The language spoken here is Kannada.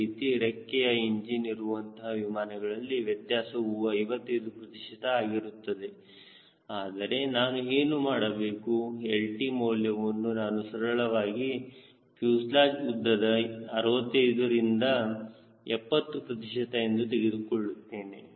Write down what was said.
ಅದೇ ರೀತಿ ರೆಕ್ಕೆಯಲ್ಲಿ ಇಂಜಿನ್ ಇರುವಂತಹ ವಿಮಾನಗಳಲ್ಲಿ ವ್ಯತ್ಯಾಸವು 55 ಪ್ರತಿಶತ ಇರುತ್ತದೆ ಆದರೆ ನಾನು ಮಾಡುವಾಗ lt ಮೌಲ್ಯವನ್ನು ನಾನು ಸರಳವಾಗಿ ಫ್ಯೂಸೆಲಾಜ್ ಉದ್ದದ 65 ಇದರಿಂದ 70 ಪ್ರತಿಶತ ಎಂದು ತೆಗೆದುಕೊಳ್ಳುತ್ತೇವೆ